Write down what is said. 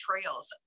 trails